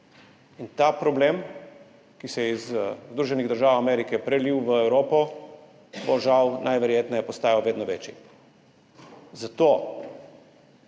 Ta problem, ki se je iz Združenih držav Amerike prelil v Evropo, bo žal najverjetneje postajal vedno večji. Zato